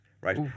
Right